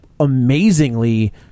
amazingly